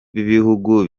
b’ibihugu